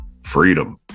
Freedom